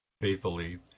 faithfully